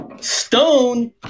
Stone